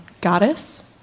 goddess